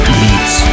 meets